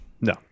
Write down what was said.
No